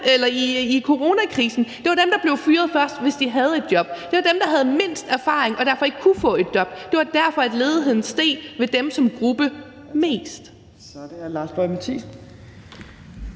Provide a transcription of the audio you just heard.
mest i coronakrisen: Det var dem, der blev fyret først, hvis de havde et job; det var dem, der havde mindst erfaring og derfor ikke kunne få et job. Det var derfor, ledigheden steg mest hos dem som gruppe. Kl. 11:42 Fjerde næstformand